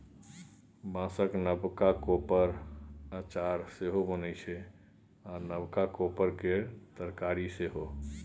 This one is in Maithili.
बाँसक नबका कोपरक अचार सेहो बनै छै आ नबका कोपर केर तरकारी सेहो